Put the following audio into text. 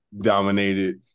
dominated